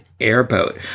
airboat